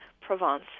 Provence